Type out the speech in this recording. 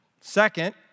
Second